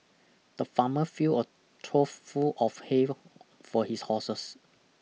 the farmer fill a trough full of hay for his horses